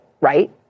right